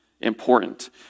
important